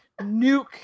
nuke